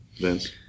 Vince